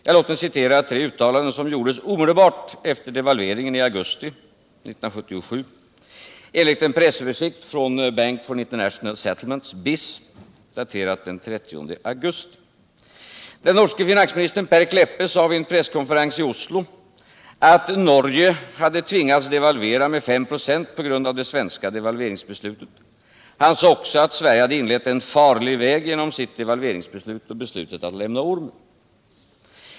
Låt mig då referera tre uttalanden som gjordes omedelbart efter devalveringen i augusti 1977 enligt en pressöversikt från Bank for International Settlements — BIS — daterad den 30 augusti 1977: Den norske finansministern Per Kleppe sade vid en presskonferens i Oslo att Norge hade tvingats devalvera med 5 96 på grund av det svenska devalveringsbeslutet. Han sade också att Sverige hade beträtt en farlig väg genom sitt devalveringsbeslut och beslutet att lämna ormen.